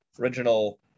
original